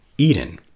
Eden